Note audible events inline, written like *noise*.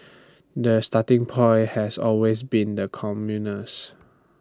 *noise* the starting point has always been the commuters